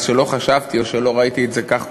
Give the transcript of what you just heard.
שלא חשבתי או שלא ראיתי את זה כך קודם,